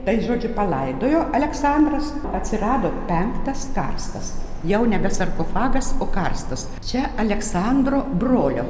tai žodžiu palaidojo aleksandras atsirado penktas karstas jau nebe sarkofagas o karstas čia aleksandro brolio